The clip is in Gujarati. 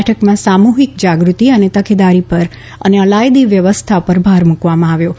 બેઠકમાં સામૂહિક જાગૃતિ અને તકેદારી પર અને અલાયદી વ્યવસ્થા પર ભાર મૂકવામાં આવ્યો હતો